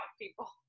people